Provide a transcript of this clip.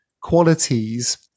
qualities